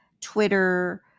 Twitter